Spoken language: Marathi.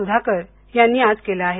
सुधाकर यांनी आज केलं आहे